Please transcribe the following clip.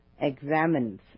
examines